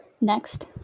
Next